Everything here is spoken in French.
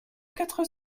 quatre